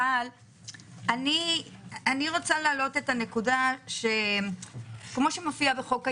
אבל אני רוצה להעלות את הנקודה כמו שמופיע בחוק הירושה.